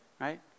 right